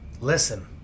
listen